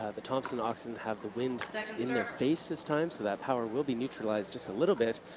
ah the thompson oxenden have the wind in their ah face this time. so that power will be neutralized just a little bit,